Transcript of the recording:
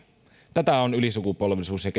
tätä on ylisukupolvisuus ja